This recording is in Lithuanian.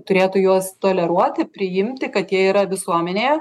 turėtų juos toleruoti priimti kad jie yra visuomenėje